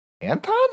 Anton